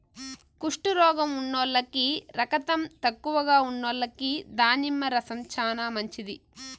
కుష్టు రోగం ఉన్నోల్లకి, రకతం తక్కువగా ఉన్నోల్లకి దానిమ్మ రసం చానా మంచిది